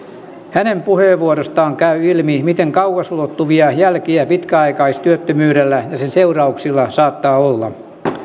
hänen puheenvuorostaan käy ilmi miten kauas ulottuvia jälkiä pitkäaikaistyöttömyydellä ja sen seurauksilla saattaa olla